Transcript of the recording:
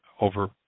over